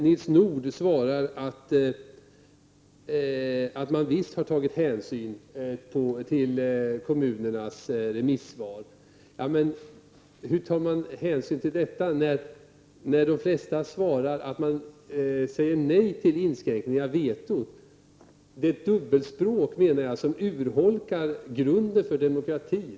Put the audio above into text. Nils Nordh svarar att man visst har tagit hänsyn till kommunernas remisssvar. Men hur kan han påstå det när de flesta remissinstanser säger nej till en inskränkning av vetot. Det är ett dubbelspråk som jag anser urholkar grunden för demokratin.